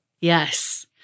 yes